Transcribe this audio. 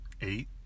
eight